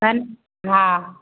हँ